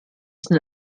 sind